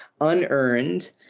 unearned